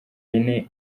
ine